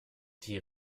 die